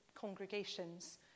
congregations